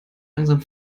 langsam